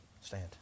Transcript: Stand